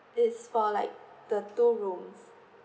it's for like the two room